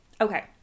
okay